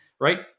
right